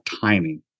timing